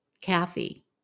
Kathy